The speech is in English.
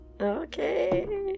Okay